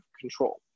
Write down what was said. control